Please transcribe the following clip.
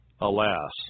Alas